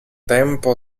tempo